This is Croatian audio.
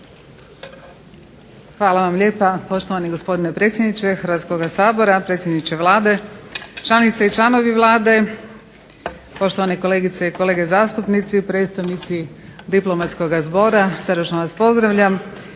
Hvala vam lijepa poštovani gospodine predsjedniče Hrvatskoga sabora, predsjedniče Vlade, članice i članovi Vlade, poštovane kolegice i kolege zastupnici, predstavnici diplomatskoga zbora. Srdačno vas pozdravljam.